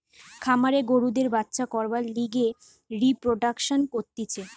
খামারে গরুদের বাচ্চা করবার লিগে রিপ্রোডাক্সন করতিছে